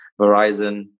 Verizon